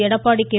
Edappadi K